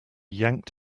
yanked